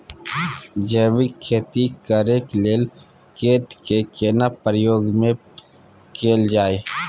जैविक खेती करेक लैल खेत के केना प्रयोग में कैल जाय?